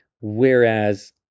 whereas